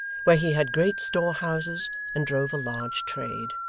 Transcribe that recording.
where he had great storehouses and drove a large trade.